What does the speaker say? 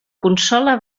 consola